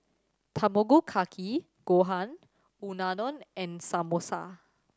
Tamago Kake Gohan Unadon and Samosa